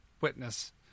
witness